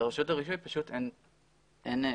לרשות הרישוי אין סמכות.